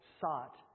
sought